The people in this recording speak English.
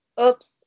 oops